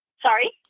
Sorry